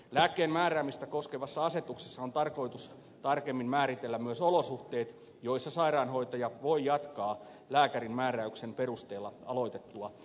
lääkkeen määräämistä koskevassa asetuksessa on tarkoitus tarkemmin määritellä myös olosuhteet joissa sairaanhoitaja voi jatkaa lääkärin määräyksen perusteella aloitettua lääkehoitoa